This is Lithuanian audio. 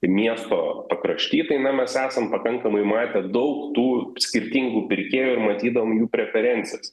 miesto pakrašty tai na mes esam pakankamai matę daug tų skirtingų pirkėjų ir matydavom jų preferencijas